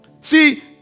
See